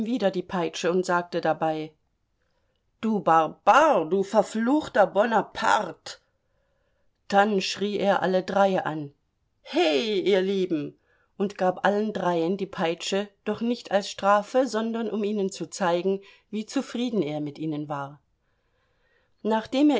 wieder die peitsche und sagte dabei du barbar du verfluchter bonaparte dann schrie er alle dreie an he ihr lieben und gab allen dreien die peitsche doch nicht als strafe sondern um ihnen zu zeigen wie zufrieden er mit ihnen war nachdem